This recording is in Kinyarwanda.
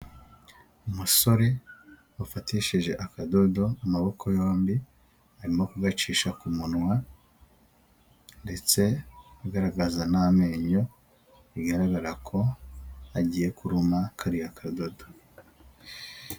Umusore wafatishije akadodo amaboko yombi arimo kugacisha ku munwa ndetse agaragaza n'amenyo bigaragara ko agiye kuruma kariya kadodo.